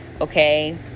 Okay